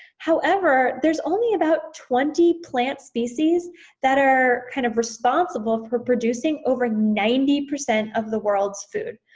however there is only about twenty plant species that are kind of responsible for producing over ninety percent of the world's food.